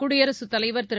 குடியரசுத் தலைவர் திரு